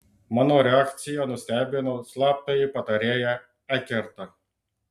mano reakcija nustebino slaptąjį patarėją ekertą